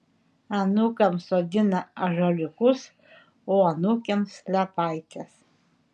anūkams sodina ąžuoliukus o anūkėms liepaites